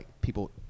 people